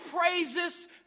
praises